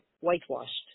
whitewashed